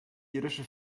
irische